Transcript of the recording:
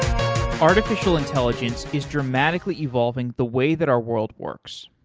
artificial intelligence is dramatically evolving the way that our world works,